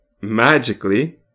magically